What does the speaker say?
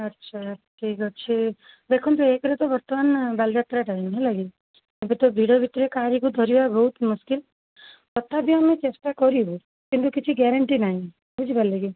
ଆଚ୍ଛା ଠିକ୍ ଅଛି ଦେଖନ୍ତୁ ଏକରେ ତ ବର୍ତ୍ତମାନ ବାଲିଯାତ୍ରା ଟାଇମ୍ ହେଲା କି ଏବେ ତ ଭିଡ଼ ଭିତରେ କାହାରିକୁ ଧରିବା ବହୁତ ମୁସ୍କିଲ୍ ତଥାପି ଆମେ ଚେଷ୍ଟା କରିବୁ କିନ୍ତୁ କିଛି ଗ୍ୟାରେଣ୍ଟି ନାହିଁ ବୁଝିପାରିଲେ କି